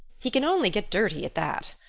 he can only get dirty at that.